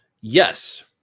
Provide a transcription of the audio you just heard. Yes